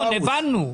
הבנו.